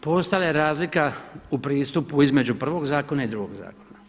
Postojala je razlika u pristupu između prvog zakona i drugog zakona.